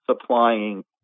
supplying